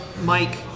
Mike